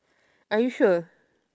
are you sure